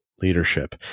leadership